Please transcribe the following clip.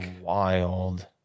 wild